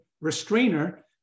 restrainer